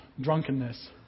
Drunkenness